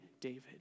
David